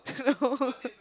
no